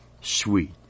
sweet